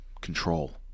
control